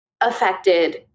affected